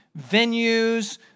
venues